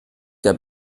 der